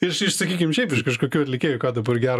iš iš sakykim šiaip iš kažkokių atlikėjų ką dabar gero